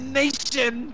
nation